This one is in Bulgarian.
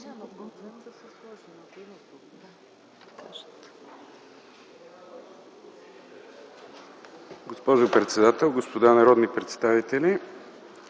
Госпожо председател, господа народни представители!